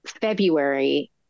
February